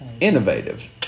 Innovative